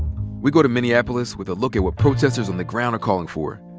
we go to minneapolis with a look at what protesters on the ground are calling for.